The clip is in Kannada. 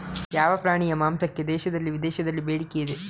ಯಾವ ಪ್ರಾಣಿಯ ಮಾಂಸಕ್ಕೆ ದೇಶದಲ್ಲಿ ವಿದೇಶದಲ್ಲಿ ಬೇಡಿಕೆ ಇದೆ?